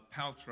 Paltrow